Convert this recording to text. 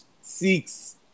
six